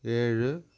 ஏழு